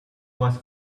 was